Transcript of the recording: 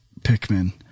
pikmin